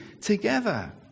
together